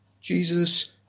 Jesus